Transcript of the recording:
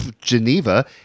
Geneva